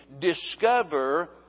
discover